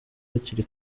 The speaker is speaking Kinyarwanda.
hakiri